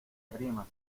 arrima